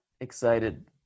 excited